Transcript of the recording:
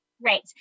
Right